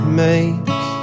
make